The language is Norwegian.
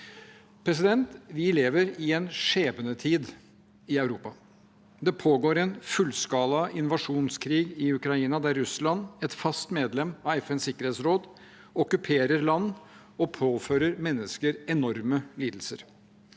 høres. Vi lever i en skjebnetid i Europa. Det pågår en fullskala invasjonskrig i Ukraina, der Russland, et fast medlem av FNs sikkerhetsråd, okkuperer land og påfører mennesker enorme lidelser.